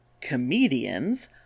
comedians